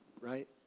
right